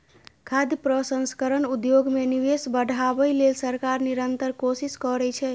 खाद्य प्रसंस्करण उद्योग मे निवेश बढ़ाबै लेल सरकार निरंतर कोशिश करै छै